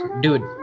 Dude